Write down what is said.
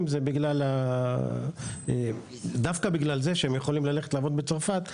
זה בגלל שהם יכולים ללכת לעבוד בצרפת,